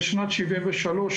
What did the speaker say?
בשנת 1973,